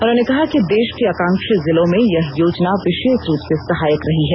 उन्होंने कहा कि देश के आकांक्षी जिलों में यह योजना विशेष रूप से सहायक रही है